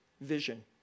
vision